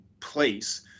place